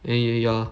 and ya ya